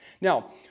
Now